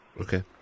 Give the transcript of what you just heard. Okay